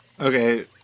Okay